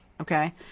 Okay